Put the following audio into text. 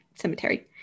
cemetery